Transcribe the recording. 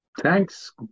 Thanks